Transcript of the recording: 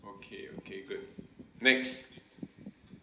okay okay good next